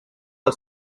del